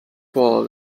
for